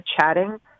chatting